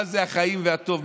מה זה החיים והטוב?